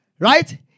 Right